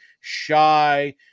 shy